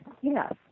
Yes